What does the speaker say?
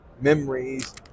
memories